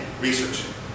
research